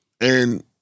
And-